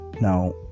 Now